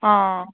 ആ